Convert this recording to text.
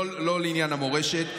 לא לעניין המורשת.